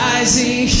Rising